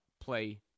play